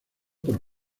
por